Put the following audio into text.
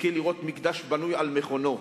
נזכה לראות מקדש בנוי על מכונו,